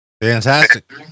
Fantastic